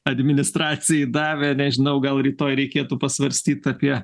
administracijai davė nežinau gal rytoj reikėtų pasvarstyt apie